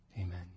amen